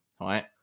right